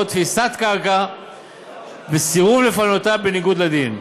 תפיסת קרקע וסירוב לפנותה בניגוד לדין.